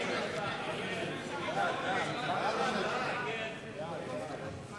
להסיר מסדר-היום את הצעת חוק שימוש בכספי ציבור,